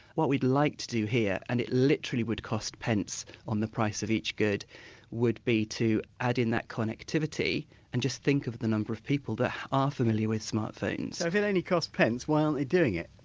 what we'd like to do here and it literally would cost pence on the price of each good would be to add in that connectivity and just think of the number of people that are familiar with smartphones if it only costs pence why aren't they doing it?